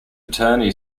attorney